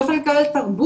לא יכולים לקבל תרבות.